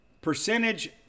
percentage